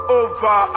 over